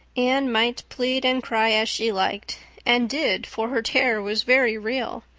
anne might plead and cry as she liked and did, for her terror was very real.